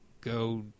go